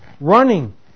running